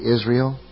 Israel